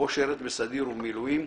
בו שירת בסדיר ובמילואים,